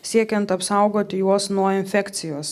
siekiant apsaugoti juos nuo infekcijos